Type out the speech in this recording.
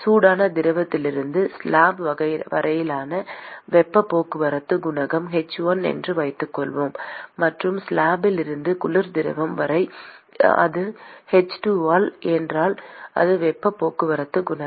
சூடான திரவத்திலிருந்து ஸ்லாப் வரையிலான வெப்பப் போக்குவரத்து குணகம் h 1 என்று வைத்துக்கொள்வோம் மற்றும் ஸ்லாப்பில் இருந்து குளிர் திரவம் வரை அது h 2 என்றால் அது வெப்பப் போக்குவரத்து குணகம்